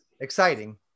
Exciting